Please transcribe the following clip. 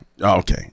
Okay